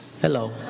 Hello